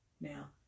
Now